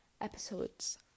episodes